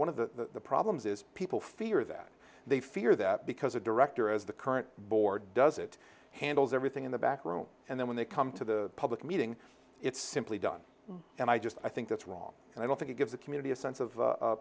one of the problems is people fear that they fear that because a director as the current board does it handles everything in the back room and then when they come to the public meeting it's simply done and i just i think that's wrong and i don't think it gives the community a sense of